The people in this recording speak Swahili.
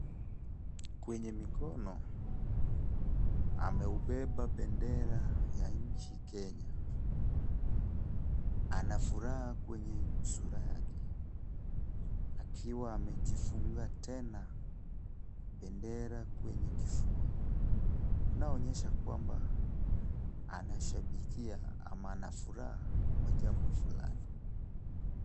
Kwenye mikono ameubeba bendera ya nchi Kenya. Ana furaha kwenye sura yake, akiwa amejifunga tena bendera kwenye kifua unaoonyesha kwamba anashabikia ama ana furaha kwa jambo fulani.